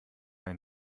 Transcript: ein